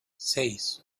seis